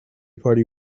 party